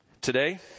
today